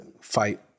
fight